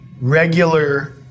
regular